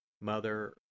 Mother